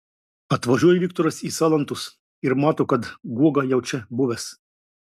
atvažiuoja viktoras į salantus ir mato kad guoga jau čia buvęs